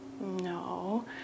No